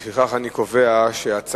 לפיכך, אני קובע שההצעה